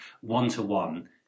one-to-one